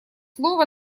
слово